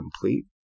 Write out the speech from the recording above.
complete